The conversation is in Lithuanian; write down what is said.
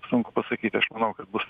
sunku pasakyti aš manau kad bus